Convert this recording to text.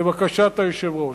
לבקשת היושב-ראש.